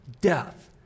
death